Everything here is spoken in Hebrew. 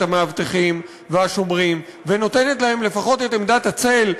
המאבטחים והשומרים ונותנת להם לפחות את עמדת הצל,